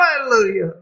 Hallelujah